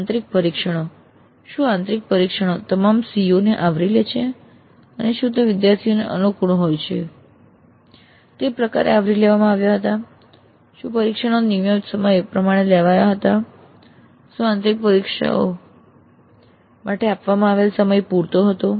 આંતરિક પરીક્ષણો શું આંતરિક પરીક્ષણો તમામ CO ને આવરી લે છે અને શું તે વિદ્યાર્થીઓને અનુકૂળ હોય તે પ્રકારે આવરી લેવામાં આવ્યા હતા શું પરીક્ષણો નિર્ધારિત સમય પ્રમાણે લેવાયા હતા શું આંતરિક પરીક્ષણો માટે આપવામાં આવેલ સમય પૂરતો હતો